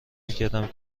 میکردم